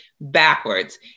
backwards